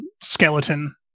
skeleton